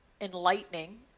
enlightening